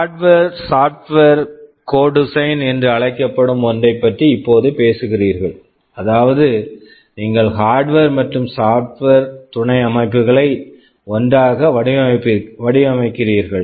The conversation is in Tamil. hardware hardware software software co design co design என்று அழைக்கப்படும் ஒன்றைப் பற்றி இப்போது பேசுகிறீர்கள் அதாவது நீங்கள் ஹார்ட்வர் hardware மற்றும் சாப்ட்வேர் software துணை அமைப்புகளை ஒன்றாக வடிவமைக்கிறீர்கள்